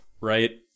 Right